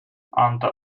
unto